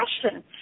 question